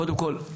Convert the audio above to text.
קודם כל,